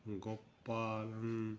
Gopalan